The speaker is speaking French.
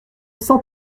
cent